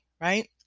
right